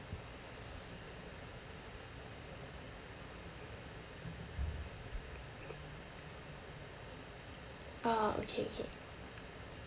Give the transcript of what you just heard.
ah okay okay